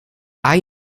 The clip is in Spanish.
hay